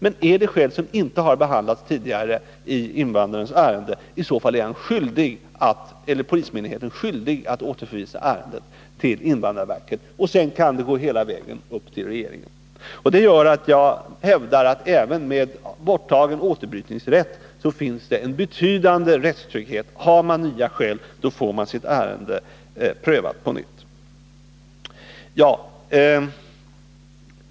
Men är det skäl som inte har behandlats tidigare i en invandrares ärende, är polismyndigheten skyldig att återförvisa ärendet till invandrarverket. Sedan Nr 35 kan det gå hela vägen upp till regeringen. Detta gör att jag hävdar att det även med borttagen återbrytningsrätt finns en betydande rättstrygghet. Har man nya skäl, får man sitt ärende prövat på nytt.